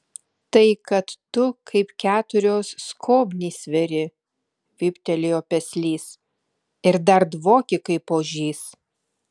tai kad tu kaip keturios skobnys sveri vyptelėjo peslys ir dar dvoki kaip ožys